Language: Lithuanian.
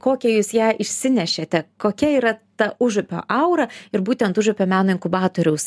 kokią jūs ją išsinešėte kokia yra ta užupio aura ir būtent užupio meno inkubatoriaus